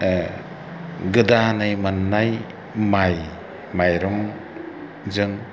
गोदानै मोन्नाय माइ माइरंजों